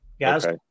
guys